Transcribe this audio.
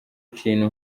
kintu